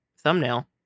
thumbnail